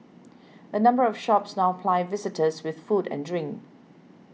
a number of shops now ply visitors with food and drink